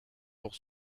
pour